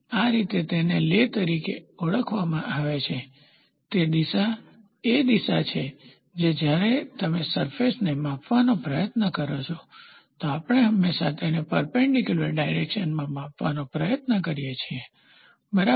આ રીતે તેને લે તરીકે ઓળખવામાં આવે છે તે દિશા એ દિશા છે જે જ્યારે તમે રફનેસને માપવાનો પ્રયત્ન કરો છો તો આપણે હંમેશા તેને પરપેન્ડીક્યુલર ડાયરેકશન માં માપવાનો પ્રયત્ન કરીએ છીએ બરાબર